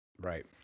Right